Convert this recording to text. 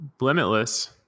limitless